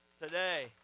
today